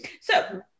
So-